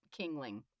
kingling